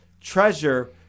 treasure